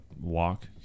walk